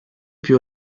più